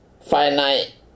finite